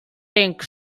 think